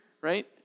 right